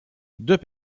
deux